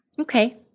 Okay